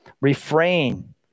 Refrain